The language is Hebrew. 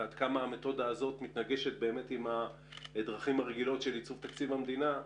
ועד כמה המתודה הזו מתנגשת עם הדרכים הרגילות של עיצוב תקציב המדינה,